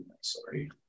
Sorry